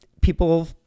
people